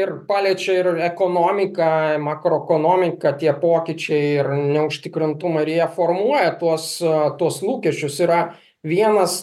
ir paliečia ir ekonomiką makroekonomiką tie pokyčiai ir neužtikrintumą ir jie formuoja tuos tuos lūkesčius yra vienas